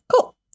Cool